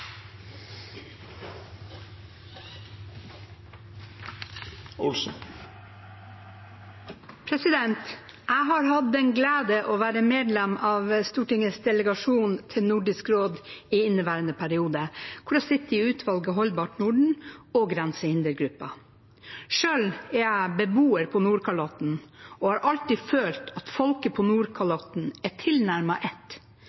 Jeg har hatt den glede å være medlem av Stortingets delegasjon til Nordisk råd i inneværende periode, hvor jeg sitter i utvalget Holdbart Norden og Grensehindergruppen. Selv er jeg beboer på Nordkalotten og har alltid følt at folket på Nordkalotten er tilnærmet ett